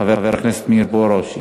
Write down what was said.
חבר הכנסת מאיר פרוש,